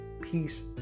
Peace